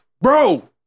Bro